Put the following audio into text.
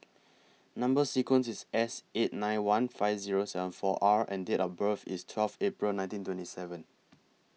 Number sequence IS S eight nine one five Zero seven four R and Date of birth IS twelve April nineteen twenty seven